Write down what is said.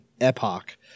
epoch